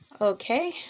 Okay